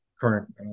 current